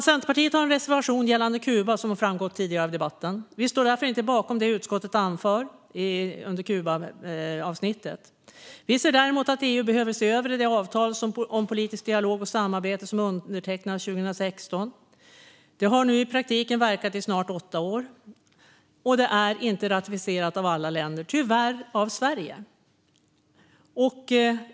Centerpartiet har en reservation om Kuba, vilket har framgått tidigare i debatten. Vi står därför inte bakom det som utskottet anför i Kubaavsnittet. Vi anser att EU behöver se över det avtal om politisk dialog och samarbete som undertecknades 2016. Det har i praktiken verkat i snart åtta år, och det är inte ratificerat av alla länder, tyvärr dock av Sverige.